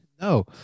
No